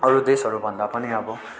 अरू देशहरूभन्दा पनि अब